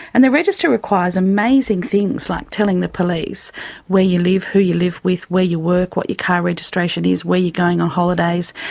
and the register requires amazing things, like telling the police where you live, who you live with, where you work, what your car registration is, where you're going on holidays,